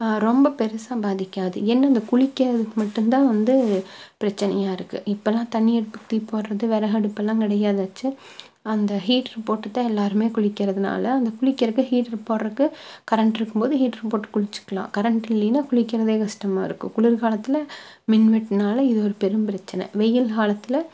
ரொம்ப பெரிசா பாதிக்காது என்ன அந்த குளிக்கிறதுக்கு மட்டும் தான் வந்து பிரச்சினையா இருக்குது இப்போலாம் தண்ணியை ஊற்றி போடுறது விறகு அடுப்பெல்லாம் கிடையாது அந்த ஹீட்ரு போட்டு தான் எல்லோருமே குளிக்கிறதுனால அந்த குளிக்கிறதுக்கு ஹீட்ரு போட்றதுக்கு கரண்ட்டு இருக்கும் போது ஹீட்ரு போட்டு குளிச்சுக்கலாம் கரண்ட்டு இல்லைன்னா குளிக்கிறதே கஷ்டமா இருக்கும் குளிர் காலத்துல மின்வெட்டுனால் இது ஒரு பெரும் பிரச்சனை வெயில் காலத்தில்